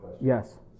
Yes